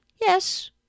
Yes